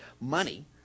money